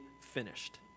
finished